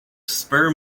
spur